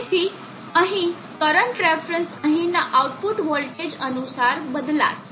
તેથી અહીં current reference અહીંના આઉટપુટ વોલ્ટેજ અનુસાર બદલાશે